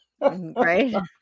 right